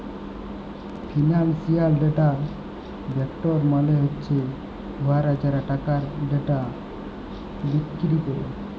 financial data vendor মালে হছে উয়ারা যারা টাকার ডেটা বিক্কিরি ক্যরে